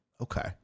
Okay